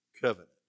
covenant